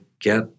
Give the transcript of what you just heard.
get